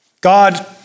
God